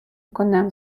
конем